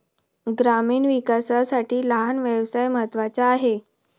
ग्रामीण विकासासाठी लहान व्यवसाय महत्त्वाचा आहे